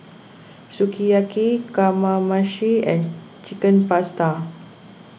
Sukiyaki Kamameshi and Chicken Pasta